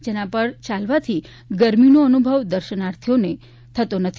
જેના ઉપર ચાલવાથી ગરમીનો અનુભવ દર્શનાર્થીને થતો નથી